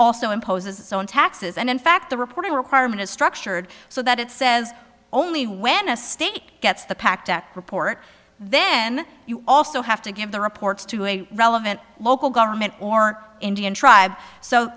also imposes its own taxes and in fact the reporting requirement is structured so that it says only when a state gets the packed report then you also have to give the reports to a relevant local government or indian